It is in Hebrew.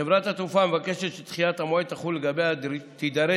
חברת תעופה המבקשת שדחיית המועד תחול לגביה תידרש